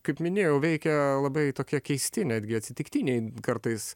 kaip minėjau veikia labai tokie keisti netgi atsitiktiniai kartais